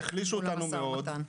החלישו אותנו מאוד.